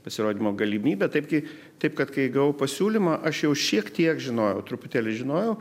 pasirodymo galimybę taipgi taip kad kai gavau pasiūlymą aš jau šiek tiek žinojau truputėlį žinojau